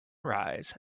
rise